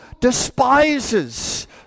despises